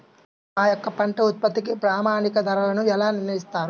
మా యొక్క పంట ఉత్పత్తికి ప్రామాణిక ధరలను ఎలా నిర్ణయిస్తారు?